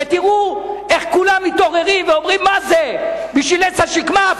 ותראו איך כולם מתעוררים ואומרים: מה זה בשביל עץ השקמה?